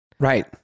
Right